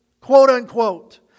quote-unquote